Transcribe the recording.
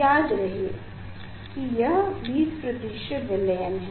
याद रखें की यह 20 विलयन है